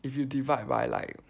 if you divide by like